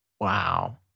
Wow